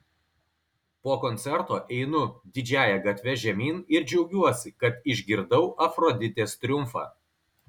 po koncerto einu didžiąja gatve žemyn ir džiaugiuosi kad išgirdau afroditės triumfą